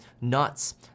nuts